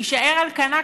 תישאר על כנה,